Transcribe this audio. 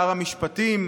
שר המשפטים,